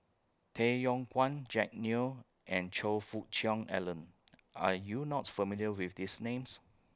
Tay Yong Kwang Jack Neo and Choe Fook Cheong Alan Are YOU not familiar with These Names